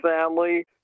Family